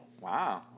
Wow